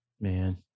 Man